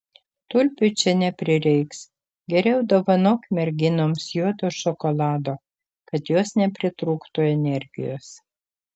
tulpių čia neprireiks geriau dovanok merginoms juodo šokolado kad jos nepritrūktų energijos